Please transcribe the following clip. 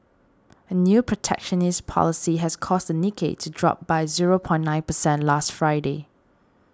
a new protectionist policy has caused the Nikkei to drop by zero point nine percent last Friday